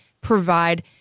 provide